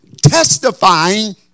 testifying